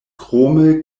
krome